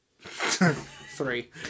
three